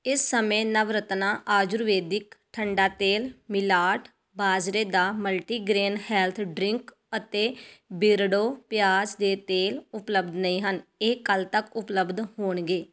ਇਸ ਸਮੇਂ ਨਵਰਤਨਾ ਆਯੁਰਵੈਦਿਕ ਠੰਡਾ ਤੇਲ ਮਿਲਾਟ ਬਾਜਰੇ ਦਾ ਮਲਟੀਗ੍ਰੇਨ ਹੈਲਥ ਡਰਿੰਕ ਅਤੇ ਬਿਰਡੋ ਪਿਆਜ਼ ਦੇ ਤੇਲ ਉਪਲੱਬਧ ਨਹੀਂ ਹਨ ਇਹ ਕੱਲ੍ਹ ਤੱਕ ਉਪਲੱਬਧ ਹੋਣਗੇ